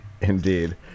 indeed